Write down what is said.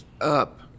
up